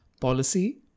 Policy